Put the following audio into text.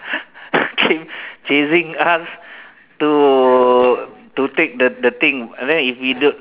okay chasing us to to take the thing and then if don't